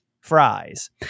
fries